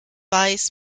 weiß